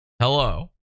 Hello